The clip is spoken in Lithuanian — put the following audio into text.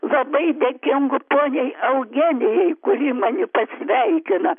labai dėkingu poniai eugenijai kuri mani pasveikina